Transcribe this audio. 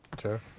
Sure